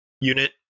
unit